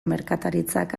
merkataritzak